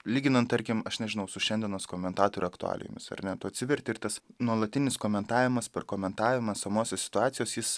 lyginant tarkim aš nežinau su šiandienos komentatorių aktualijomis ar ne tu atsiverti ir tas nuolatinis komentavimas per komentavimą esamosios situacijos jis